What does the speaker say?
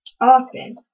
Often